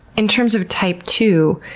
in terms of type two,